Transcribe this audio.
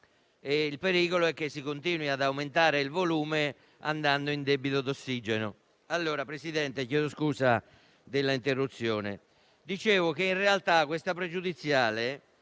il pericolo è che si continui ad aumentare il volume, andando in debito d'ossigeno.